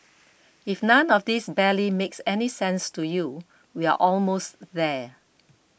if none of this barely makes any sense to you we're almost there